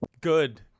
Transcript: Good